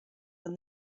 when